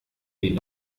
den